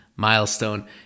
milestone